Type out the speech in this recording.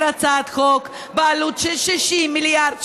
הצעת חוק בעלות של 60 מיליארד שקל.